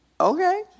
Okay